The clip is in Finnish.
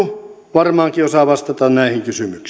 varmaankin osaa vastata näihin kysymyksiin